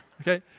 Okay